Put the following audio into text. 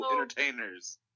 entertainers